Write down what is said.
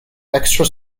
extra